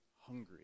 hungry